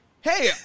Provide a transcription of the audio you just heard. Hey